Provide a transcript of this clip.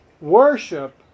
Worship